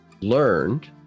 learned